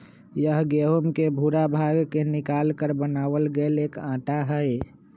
यह गेहूं के भूरा भाग के निकालकर बनावल गैल एक आटा हई